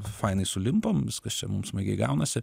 fainai sulimpam viskas čia mum smagiai gaunasi